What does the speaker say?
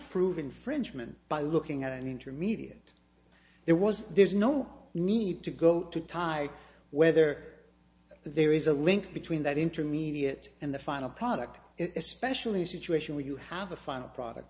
prove infringement by looking at an intermediate it was there's no need to go to tie whether there is a link between that intermediate and the final product it especially a situation where you have a final product